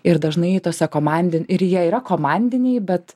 ir dažnai tose komandin ir jie yra komandiniai bet